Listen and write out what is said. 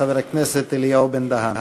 חבר הכנסת אלי בן-דהן.